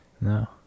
no